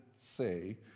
say